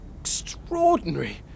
Extraordinary